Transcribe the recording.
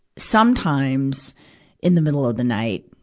sometimes in the middle of the night,